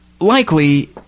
Likely